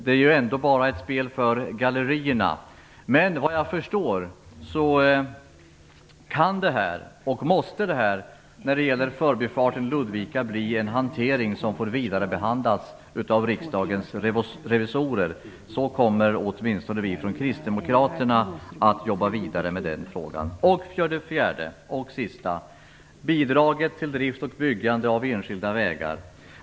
Det är ju ändå bara ett spel för gallerierna. Såvitt jag förstår kan och måste förbifarten vid Ludvika bli en fråga som får vidarebehandlas av Riksdagens revisorer. Så kommer åtminstone vi från kristdemokraterna att jobba vidare med den frågan. För det fjärde och sista handlar det om bidrag till drift och byggande av enskilda vägar.